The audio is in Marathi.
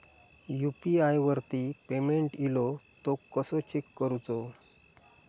यू.पी.आय वरती पेमेंट इलो तो कसो चेक करुचो?